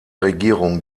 regierung